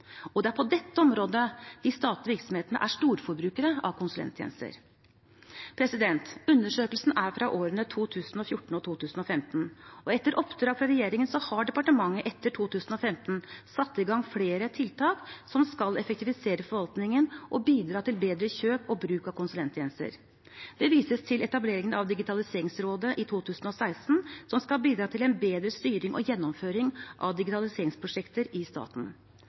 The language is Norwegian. og det er på dette området de statlige virksomhetene er storforbrukere av konsulenttjenester. Undersøkelsen er fra årene 2014 og 2015. Etter oppdrag fra regjeringen har departementet etter 2015 satt i gang flere tiltak som skal effektivisere forvaltningen og bidra til bedre kjøp og bruk av konsulenttjenester. Det vises til etableringen av Digitaliseringsrådet i 2016, som skal bidra til en bedre styring og gjennomføring av digitaliseringsprosjekter i staten.